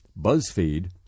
BuzzFeed